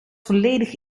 volledig